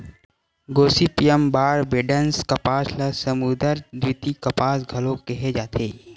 Gossypium barbadense कपास ल समुद्दर द्वितीय कपास घलो केहे जाथे